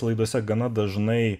laidose gana dažnai